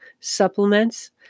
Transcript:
supplements